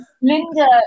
Linda